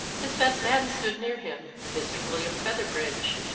his best man stood near him mr. william feather bridge,